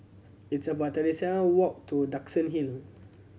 it's about thirty seven walk to Duxton Hill